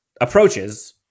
approaches